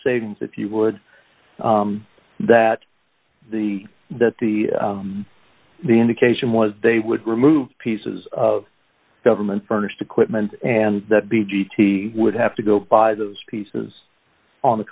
savings if you would that the that the the indication was they would remove pieces of government furnished equipment and that bt would have to go buy those pieces on the